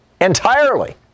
entirely